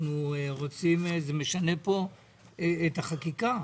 זה משנה פה את החקיקה.